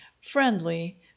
friendly